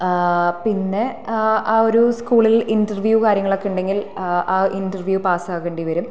പിന്നെ ആ ഒരു സ്കൂളിൽ ഇൻറ്റർവ്യൂ കാര്യങ്ങളൊക്കെ ഉണ്ടെങ്കിൽ ആ ഇൻറ്റർവ്യൂ പാസ്സ് ആകേണ്ടി വരും